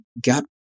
got